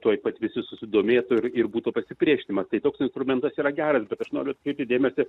tuoj pat visi susidomėtų ir ir būtų pasipriešinimas tai toks instrumentas yra gerai bet aš noriu atkreipti dėmesį